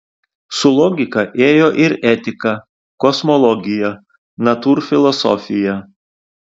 su logika ėjo ir etika kosmologija natūrfilosofija